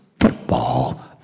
football